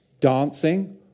Dancing